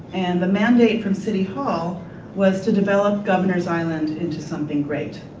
and the mandate from city hall was to develop governor's island into something great.